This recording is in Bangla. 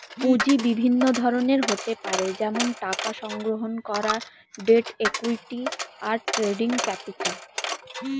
পুঁজি বিভিন্ন ধরনের হতে পারে যেমন টাকা সংগ্রহণ করা, ডেট, ইক্যুইটি, আর ট্রেডিং ক্যাপিটাল